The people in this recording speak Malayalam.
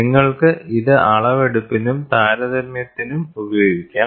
നിങ്ങൾക്ക് ഇത് അളവെടുപ്പിനും താരതമ്യത്തിനും ഉപയോഗിക്കാം